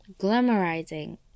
Glamorizing